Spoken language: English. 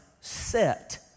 set